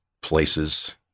places